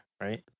right